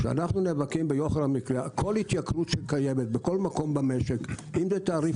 כשאנחנו נאבקים ביוקר המחיה כל התייקרות שקיימת בכל מקום במשק בתעריף